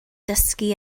dysgu